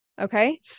Okay